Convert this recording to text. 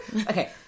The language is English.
okay